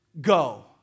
go